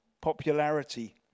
popularity